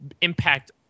impact